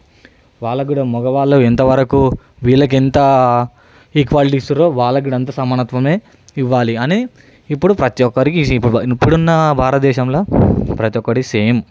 వాళ్ళకు కూడా మగవాళ్ళు ఎంతవరకు వీళ్ళకి ఎంత ఈక్వాలిటీస్ ఇస్తుండ్రో వాళ్లకు అంత సమానత్వమే ఇవ్వాలి అని ఇప్పుడు ప్రతి ఒక్కరికి ఇ ఇప్పుడున్న భారత దేశంలో ప్రతి ఒక్కరికి సేమ్